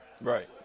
Right